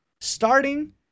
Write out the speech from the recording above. Starting